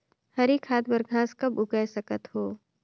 हरी खाद बर घास कब उगाय सकत हो?